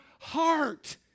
heart